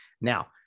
Now